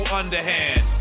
underhand